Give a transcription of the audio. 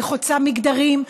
היא חוצה מגדרים,